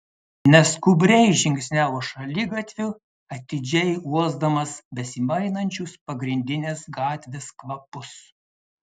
neskubriai žingsniavo šaligatviu atidžiai uosdamas besimainančius pagrindinės gatvės kvapus